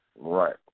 Right